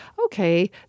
okay